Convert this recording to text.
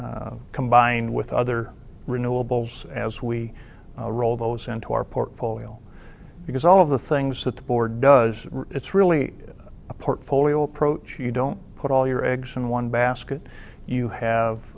combined with other renewables as we roll those into our portfolio because all of the things that the board does it's really a portfolio approach you don't put all your eggs in one basket you have